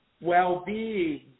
well-being